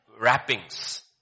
wrappings